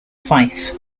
fife